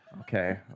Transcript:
Okay